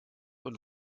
und